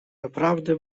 naprawdę